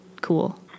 cool